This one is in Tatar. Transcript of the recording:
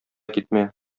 китмә